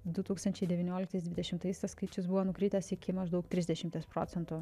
du tūkstančiai devynioliktais dvidešimtais tas skaičius buvo nukritęs iki maždaug trisdešimties procentų